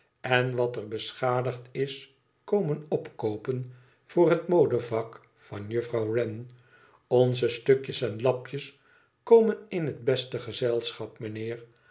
en wat er beschadigd is komen opkoopen voor het modevak van juffrouw wren onze stukjes en lapjes komen in het beste gezelschap mijnheer